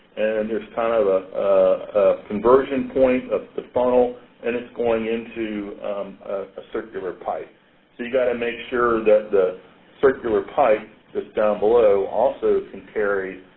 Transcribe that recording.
and there's kind of a conversion point of the funnel and it's going into a circular pipe. so you've got to make sure that the circular pipe that's down below, also can carry